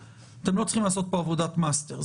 אתם לא צריכים לעשות פה עבודת מאסטר.